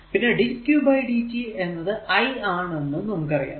പിന്നെ dqdt എന്നത് I ആണെന്നും അറിയാം